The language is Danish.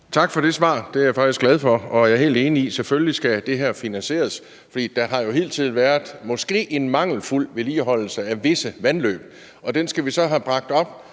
Tak for det svar. Det er jeg faktisk glad for. Og jeg er helt enig – selvfølgelig skal det her finansieres, for der har jo hidtil været en måske mangelfuld vedligeholdelse af visse vandløb, og det skal vi så have bragt op